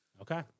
Okay